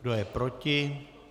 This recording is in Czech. Kdo je proti?